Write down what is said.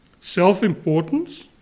self-importance